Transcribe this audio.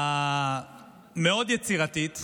המאוד-יצירתית